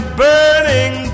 burning